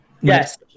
Yes